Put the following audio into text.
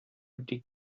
dig